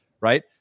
right